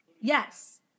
Yes